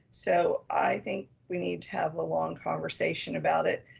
so i think we need to have a long conversation about it.